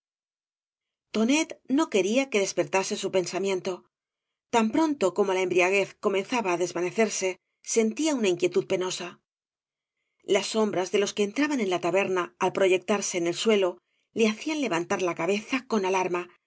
tonet do quería que debpertage su pensamiento tan pronto como la embriaguez comenzaba á deavanecerse sentía una inquietud penosa las sombras de los que entraban en la taberna ai proyectarse en el suelo le hacían levantar la cabeza con alarma